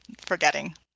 forgetting